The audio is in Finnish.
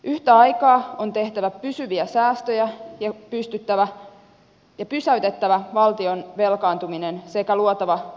yhtä aikaa on tehtävä pysyviä säästöjä ja pysäytettävä valtion velkaantuminen sekä luotava uutta puolustuskykyä